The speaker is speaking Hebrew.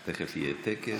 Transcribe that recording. תכף יהיה טקס.